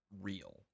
real